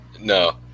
No